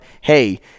hey